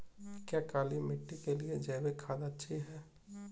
क्या काली मिट्टी के लिए जैविक खाद अच्छी है?